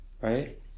Right